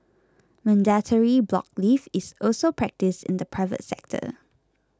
mandatory block leave is also practised in the private sector